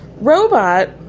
Robot